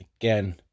again